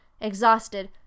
Exhausted